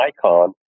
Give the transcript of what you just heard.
Icon